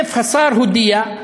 השר הודיע,